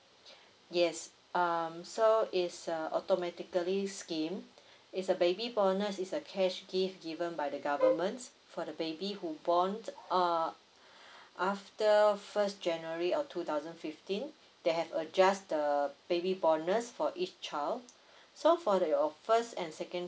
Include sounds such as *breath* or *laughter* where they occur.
yes um so it's a automatically scheme it's a baby bonus is a cash gift given by the government for the baby who born uh after first january of two thousand fifteen they have adjust the baby bonus for each child *breath* so for the your all first and second